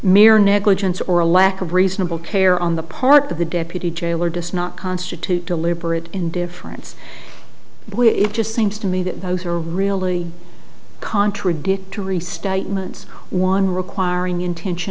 mere negligence or a lack of reasonable care on the part of the deputy jailer does not constitute deliberate indifference it just seems to me that those are really contradictory statements one requiring